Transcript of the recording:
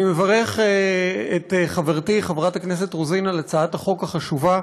אני מברך את חברתי חברת הכנסת רוזין על הצעת החוק החשובה.